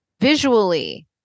visually